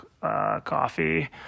coffee